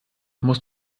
musst